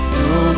no